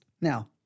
Now